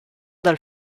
dal